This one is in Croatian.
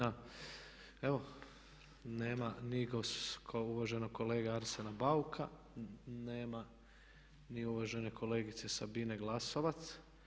Evo, nema ni uvaženog kolege Arsena Bauka, nema ni uvažene kolegice Sabine Glasovac.